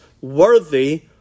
worthy